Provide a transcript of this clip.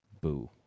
Boo